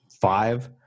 five